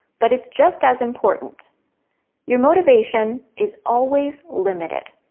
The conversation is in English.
but it's just as important your motivation is always limited.